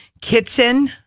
Kitson